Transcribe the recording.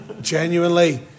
Genuinely